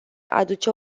aduce